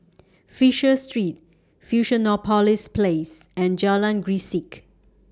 Fisher Street Fusionopolis Place and Jalan Grisek